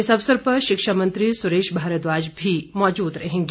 इस अवसर पर शिक्षा मंत्री सुरेश भारद्वाज भी मौजूद रहेंगे